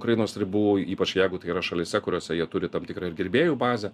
ukrainos ribų ypač jeigu tai yra šalyse kuriose jie turi tam tikrą ir gerbėjų bazę